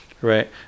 right